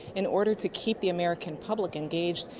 in order to keep the american public engaged,